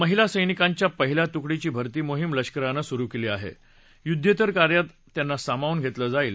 महिला सैनिकांच्या पहिल्या तुकडीची भर्ती मोहिम लष्करानं सुरु कली आह मुद्धारे कार्यात त्यांना सामावून घेतकं जाईल